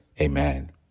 amen